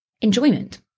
Enjoyment